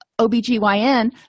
OBGYN